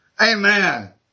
Amen